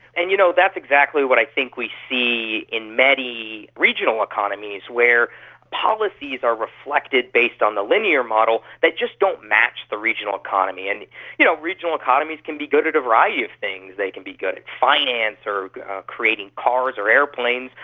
and you know, that's exactly what i think we see in many regional economies where policies are reflected based on the linear model that just don't match the regional economy. and you know regional economies can be good at a variety of things, they can be good at finance or creating cars or aeroplanes,